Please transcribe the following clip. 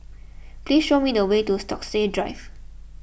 please show me the way to Stokesay Drive